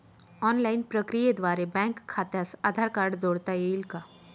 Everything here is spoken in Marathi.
ऑनलाईन प्रक्रियेद्वारे बँक खात्यास आधार कार्ड जोडता येईल का?